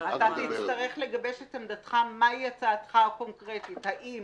אתה תצטרך לגבש את עמדתך מה היא הצעתך הקונקרטית האם